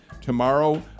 tomorrow